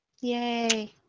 Yay